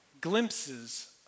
glimpses